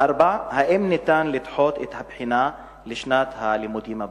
4. האם ניתן לדחות את הבחינה לשנת הלימודים הבאה?